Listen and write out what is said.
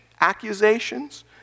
accusations